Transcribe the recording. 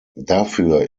dafür